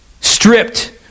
stripped